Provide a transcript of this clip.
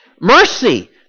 Mercy